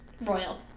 Royal